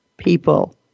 people